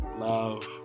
Love